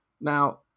now